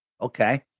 Okay